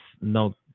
no